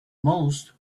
most